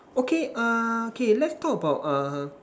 okay uh K let's talk about err